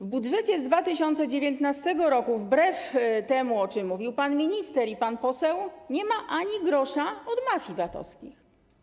W budżecie 2019 r., wbrew temu, o czym mówił pan minister i pan poseł, nie ma ani grosza od mafii VAT-owskich.